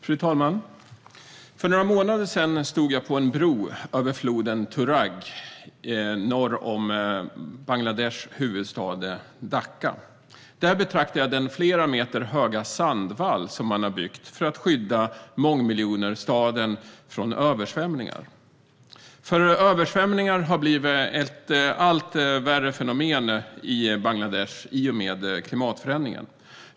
Fru talman! För några månader sedan stod jag på en bro över floden Torag norr om Bangladesh huvudstad Dhaka. Där betraktade jag den flera meter höga sandvall som man har byggt för att skydda mångmiljonstaden från översvämningar. Översvämningar har blivit ett allt värre fenomen i Bangladesh i och med klimatförändringen.